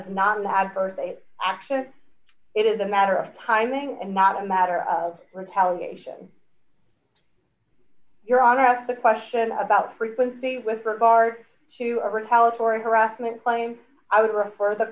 is not an adverse they action it is a matter of timing and not a matter of retaliation your honor asked a question about frequency with regard to a retaliatory harassment claim i would refer the